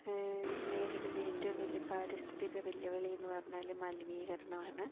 നേരിടുന്ന ഏറ്റവും വലിയ പാരിസ്ഥിതിക വെല്ലുവിളിയെന്നു പറഞ്ഞാൽ മലിനീകരണമാണ്